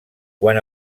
quan